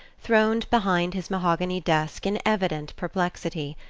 throned behind his mahogany desk in evident perplexity.